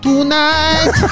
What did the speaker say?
Tonight